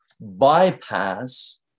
bypass